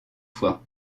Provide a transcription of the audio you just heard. fois